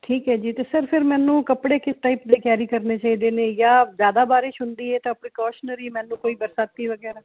ਠੀਕ ਐ ਜੀ ਤੇ ਸਰ ਫਿਰ ਮੈਨੂੰ ਕੱਪੜੇ ਕਿਤਾ ਕੈਰੀ ਕਰਨੇ ਚਾਹੀਦੇ ਨੇ ਜਾਂ ਜਿਆਦਾ ਬਾਰਿਸ਼ ਹੁੰਦੀ ਐ ਤਾਂ ਆਪਣੇ ਕੋਸ਼ਨਰੀ ਮੈਨੂੰ ਕੋਈ ਬਰਸਾਤੀ ਵਗੈਰਾ